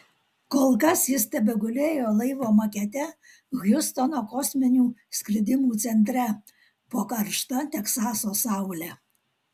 kol kas jis tebegulėjo laivo makete hjustono kosminių skridimų centre po karšta teksaso saule